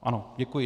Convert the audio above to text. Ano, děkuji.